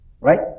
Right